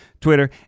Twitter